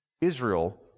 Israel